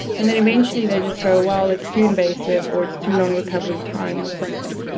and then eventually, they just go, well, it's too invasive or it's too long recovery time or something. and